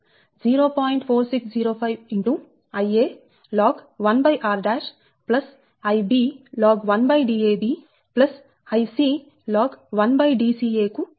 4605 Ia log 1r Ib log 1Dab Ic log 1Dca కు సమానం అవుతుంది